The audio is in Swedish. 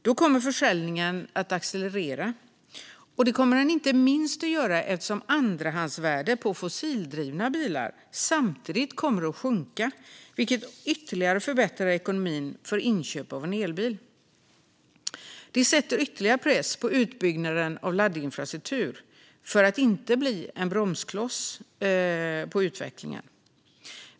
Då kommer försäljningen att accelerera, inte minst eftersom andrahandsvärdet på fossildrivna bilar samtidigt kommer att sjunka, vilket ytterligare förbättrar ekonomin för inköp av en elbil. Det sätter ytterligare press på utbyggnaden av laddinfrastruktur för att detta inte ska bli en bromskloss för utvecklingen.